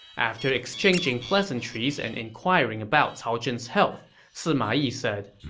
after exchanging pleasantries and inquiring about cao zhen's health, sima yi said,